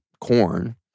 corn